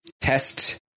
Test